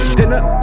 dinner